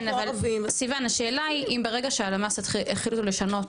סיון, השאלה היא אם ברגע שהלמ"ס החליטו לשנות